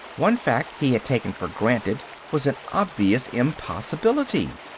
one fact he had taken for granted was an obvious impossibility.